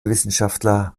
wissenschaftler